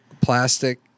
plastic